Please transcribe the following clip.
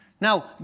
Now